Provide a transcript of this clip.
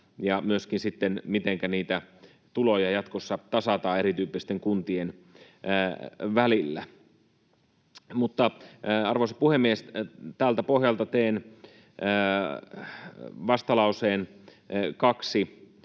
niitä tuloja jatkossa tasataan erityyppisten kuntien välillä. Arvoisa puhemies! Tältä pohjalta teen vastalauseen 2